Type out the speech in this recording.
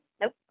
nope